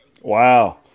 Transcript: Wow